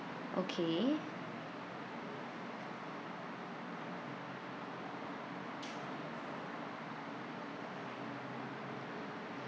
okay